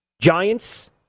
Giants